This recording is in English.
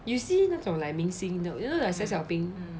you see 那种 like 明星的 you know like 小小彬